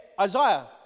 Isaiah